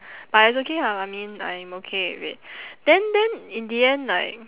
but it's okay ah I mean I'm okay with it then then in the end like